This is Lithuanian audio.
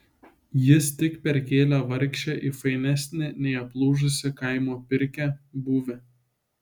jis tik perkėlė vargšę į fainesnį nei aplūžusi kaimo pirkia būvį